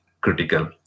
critical